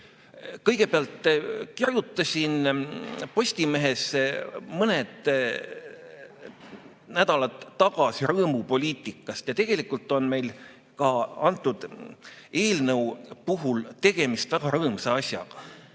Kõigepealt, kirjutasin Postimehes mõned nädalad tagasi rõõmupoliitikast ja tegelikult on meil ka selle eelnõu puhul tegemist väga rõõmsa asjaga.